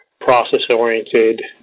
process-oriented